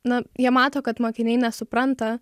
na jie mato kad mokiniai nesupranta